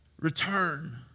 return